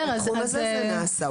בתחום הזה זה נעשה.